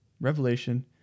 Revelation